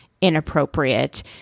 inappropriate